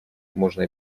можно